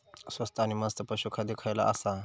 स्वस्त आणि मस्त पशू खाद्य खयला आसा?